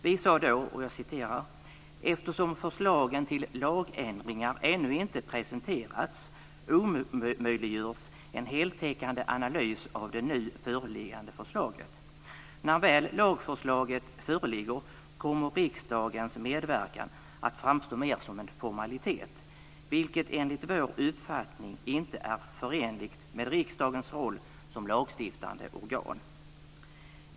Vi sade då: "Eftersom förslagen till lagändringar ännu inte presenterats omöjliggörs en heltäckande analys av det nu föreliggande förslaget. När väl lagförslaget föreligger kommer riksdagens medverkan att framstå mer som en formalitet, vilket enligt vår uppfattning inte är förenligt med riksdagens roll som lagstiftande organ.